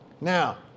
Now